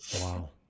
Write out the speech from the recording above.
Wow